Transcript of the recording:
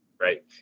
right